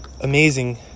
amazing